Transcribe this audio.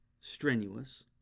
strenuous